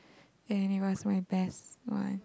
and it was my best one